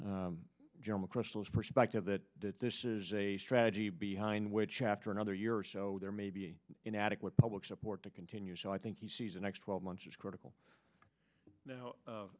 german crystal's perspective that this is a strategy behind which after another year or so there may be inadequate public support to continue so i think he sees the next twelve months as critical